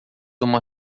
uma